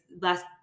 last